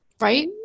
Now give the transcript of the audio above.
right